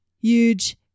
huge